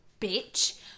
bitch